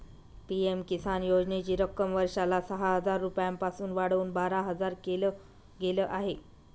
PM Kisan योजनेची रक्कम वर्षाला सहा हजार रुपयांपासून वाढवून बारा हजार केल गेलं आहे